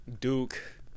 duke